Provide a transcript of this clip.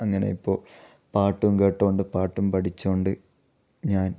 അങ്ങനെ ഇപ്പോൾ പാട്ടും കേട്ടുകൊണ്ട് പാട്ടും പഠിച്ചുകൊണ്ട് ഞാൻ